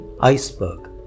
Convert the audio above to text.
iceberg